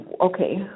okay